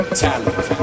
talent